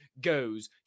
goes